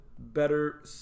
better